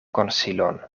konsilon